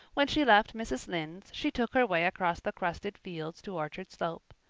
when she left mrs. lynde's she took her way across the crusted fields to orchard slope.